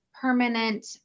permanent